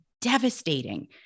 devastating